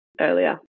earlier